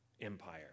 empire